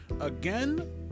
again